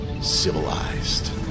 Civilized